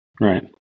Right